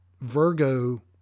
Virgo